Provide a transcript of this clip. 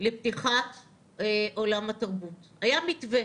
לפתיחת עולם התרבות, היה מתווה